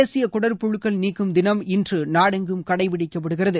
தேசிய குடற்புழுக்கள் நீக்கும் தினம் இன்று நாடெங்கும் கடைபிடிக்கப்படுகிறது